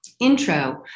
Intro